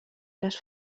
les